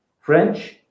French